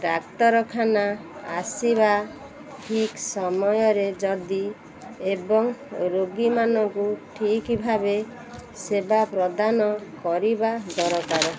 ଡାକ୍ତରଖାନା ଆସିବା ଠିକ୍ ସମୟରେ ଯଦି ଏବଂ ରୋଗୀମାନଙ୍କୁ ଠିକ୍ ଭାବେ ସେବା ପ୍ରଦାନ କରିବା ଦରକାର